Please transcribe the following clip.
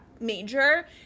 major